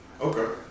Okay